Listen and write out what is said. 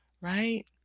right